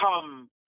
Come